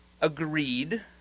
agreed